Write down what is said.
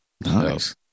Nice